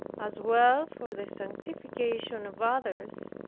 as well for the sanctification of others,